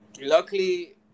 Luckily